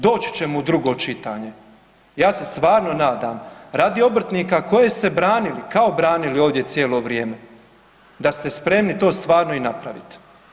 Doći ćemo u drugo čitanje, ja se stvarno nadam radi obrtnika koje ste branili, kao branili ovdje cijelo vrijeme, da ste spremni to stvarno i napravit.